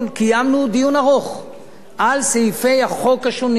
קיימנו דיון ארוך על סעיפי החוק השונים,